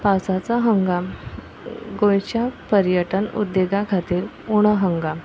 पावसाचो हंगाम गोंयच्या पर्यटन उद्देगा खातीर उणो हंगाम